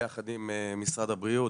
ביחד עם משרד הבריאות,